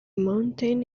mountain